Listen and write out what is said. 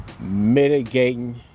mitigating